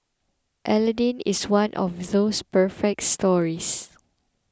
Aladdin is one of those perfect stories